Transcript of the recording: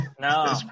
No